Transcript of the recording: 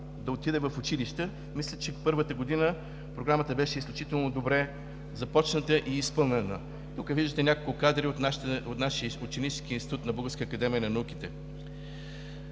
да отиде в училище. Мисля, че първата година Програмата беше изключително добре започната и изпълнена. Тук виждате няколко кадри от нашия Ученически институт на Българската академия на науките.